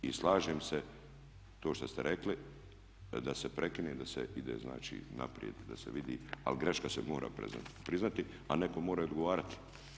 I slažem se to što ste rekli da se prekine, da se ide znači naprijed da se vidi ali greška se mora priznati a netko mora i odgovarati.